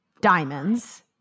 diamonds